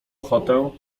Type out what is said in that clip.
ochotę